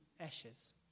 ashes